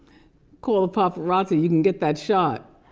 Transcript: call paparazzi you can get that shot.